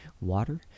water